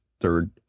third